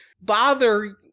bother